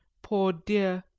poor dear,